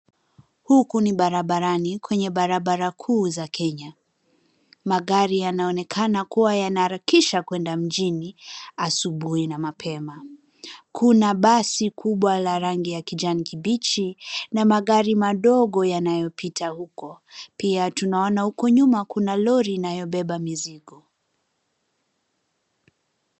Huku ni barabarani kwenye barabara kuu za Kenya. Magari yanaonekana kuwa yanaharakisha kwenda mjini asubuhi na mapema. Kuna basi kubwa la rangi ya kijani kibichi na magari madogo yanayopita huko. Pia tunaona huko nyuma kuna lori inayobeba mizigo.